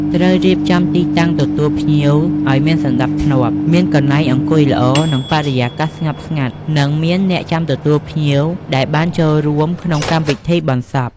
ត្រូវរៀបចំទីតាំងទទួលភ្ញៀវឲ្យមានសណ្តាប់ធ្នាប់ មានកន្លែងអង្គុយល្អ និងបរិយាកាសស្ងប់ស្ងាត់និងមានអ្នកចាំទទួលភ្ញៀវដែលបានចូលរួមក្នុងកម្មវិធីបុណ្យសព។